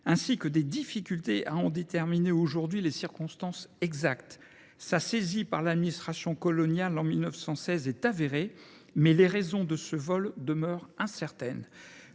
ainsi que des difficultés à en déterminer aujourd'hui les circonstances exactes Sa saisie par l'administration coloniale en 1916 est avérée, mais les raisons de ce vol demeurent incertaines.